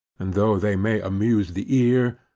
and though they may amuse the ear,